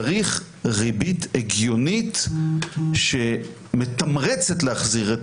צריך ריבית הגיונית שמתמרצת להחזיר את